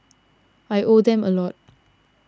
I owe them a lot